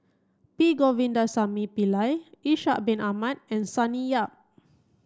P Govindasamy Pillai Ishak bin Ahmad and Sonny Yap